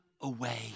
away